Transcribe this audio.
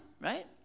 right